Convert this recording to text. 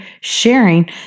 sharing